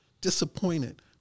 disappointed